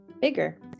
bigger